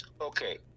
Okay